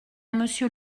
monsieur